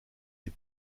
des